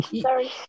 sorry